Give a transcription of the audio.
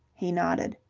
he nodded.